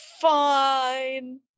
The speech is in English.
Fine